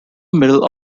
middle